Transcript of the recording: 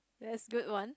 that's good one